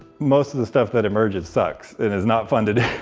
most of the stuff that emerges sucks and is not fun to do,